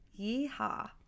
Yeehaw